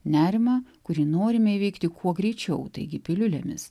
nerimą kurį norime įveikti kuo greičiau taigi piliulėmis